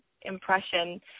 impression